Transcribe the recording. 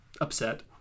upset